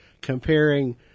comparing